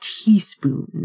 teaspoon